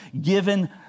given